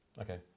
Okay